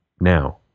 now